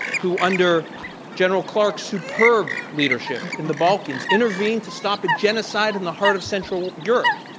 who under general clark's superb leadership in the balkans intervened to stop genocide in the heart of central europe,